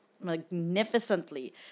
magnificently